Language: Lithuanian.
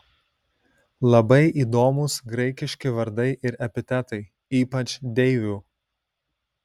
labai įdomūs graikiški vardai ir epitetai ypač deivių